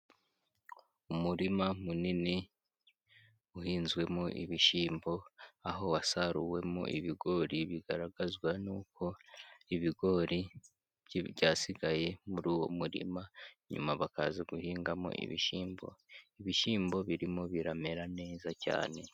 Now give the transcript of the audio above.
Umurima munini uhinzwemo ibishyimbo, aho wasaruwemo ibigori bigaragazwa n'uko ibigori byasigaye muri uwo murima nyuma bakaza guhingamo ibishyimbo, ibishyimbo birimo biramera neza cyane.